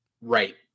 Right